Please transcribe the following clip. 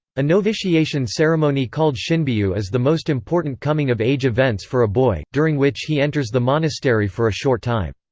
a novitiation ceremony called shinbyu is the most important coming of age events for a boy, during which he enters the monastery for a short time.